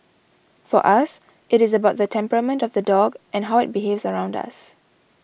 for us it is about the temperament of the dog and how it behaves around us